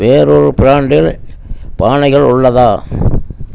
வேறொரு பிராண்டில் பானைகள் உள்ளதா